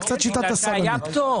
אבל היה פטור.